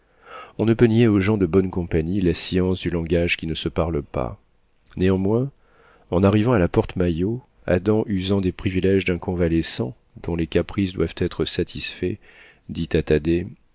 on ne peut nier aux gens de bonne compagnie la science du langage qui ne se parle pas néanmoins en arrivant à la porte maillot adam usant des priviléges d'un convalescent dont les caprices doivent être satisfaits dit